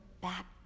back